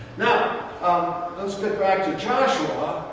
now get back to joshua.